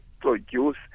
produce